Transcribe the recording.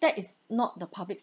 that is not the public